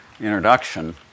introduction